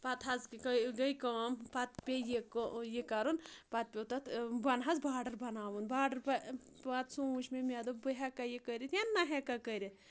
پتہٕ حظ گٔے گٔے کٲم پَتہٕ پے یہِ کَرُن پَتہٕ پیوٚو تَتھ بۄنہٕ حظ باڈَر بَناوُن باڈَر پَتہٕ سونٛچ مےٚ مےٚ دوٚپ بہٕ ہؠکا یہِ کٔرِتھ یا نہ ہیٚکا کٔرِتھ